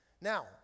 Now